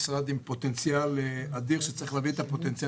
שזה משרד עם פוטנציאל אדיר שצריך להביא לידי מימוש.